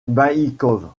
baïkove